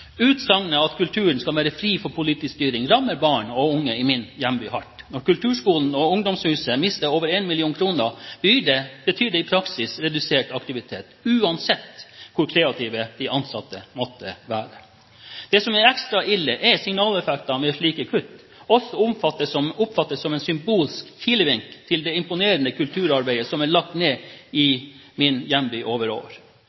Utsagnet om at kulturen skal være fri for politisk styring, rammer barn og unge i min hjemby hardt. Når kulturskolen og UngdomsHuset mister over 1 mill. kr, betyr det i praksis redusert aktivitet, uansett hvor kreative de ansatte måtte være. Det som er ekstra ille, er at signaleffekten ved slike kutt også oppfattes som en symbolsk kilevink til det imponerende kulturarbeidet som er lagt ned i min hjemby over år.